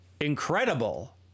incredible